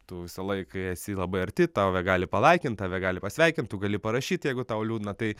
tu visą laiką esi labai arti tave gali palaikint tave gali pasveikint tu gali parašyt jeigu tau liūdna tai